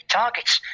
targets